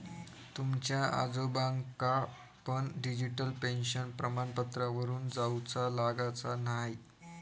तुमच्या आजोबांका पण डिजिटल पेन्शन प्रमाणपत्रावरून जाउचा लागाचा न्हाय